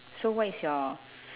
so what is your